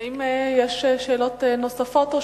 האם יש שאלות נוספות?